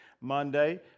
Monday